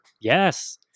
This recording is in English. Yes